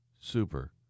Super